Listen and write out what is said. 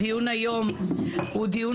הדיון היום הוא דיון